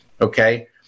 okay